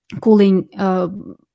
cooling